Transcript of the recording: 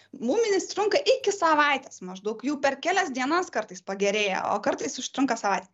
ūminis trunka iki savaitės maždaug jau per kelias dienas kartais pagerėja o kartais užtrunka savaitę